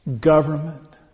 government